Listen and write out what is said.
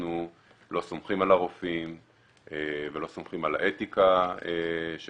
שאנחנו לא סומכים על הרופאים ולא סומכים על האתיקה של